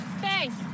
Thanks